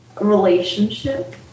relationship